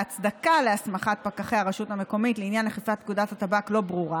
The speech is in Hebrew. ההצדקה להסמכת פקחי הרשות המקומית לעניין אכיפת פקודת הטבק לא ברורה,